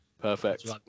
Perfect